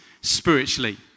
spiritually